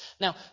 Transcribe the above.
Now